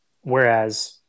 whereas